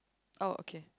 oh okay